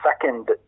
second